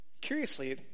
Curiously